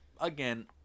again